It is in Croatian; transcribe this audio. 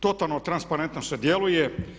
Totalno transparentno se djeluje.